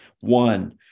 One